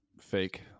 fake